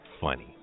funny